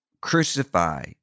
crucify